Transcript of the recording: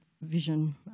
Vision